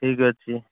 ଠିକ ଅଛି